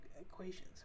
equations